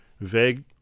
vague